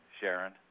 Sharon